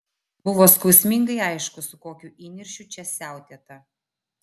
buvo skausmingai aišku su kokiu įniršiu čia siautėta